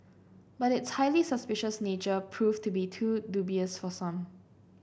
but its highly suspicious nature proved to be too dubious for some